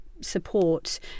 support